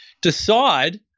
decide